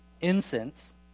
incense